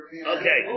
Okay